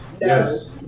Yes